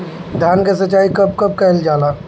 धान के सिचाई कब कब कएल जाला?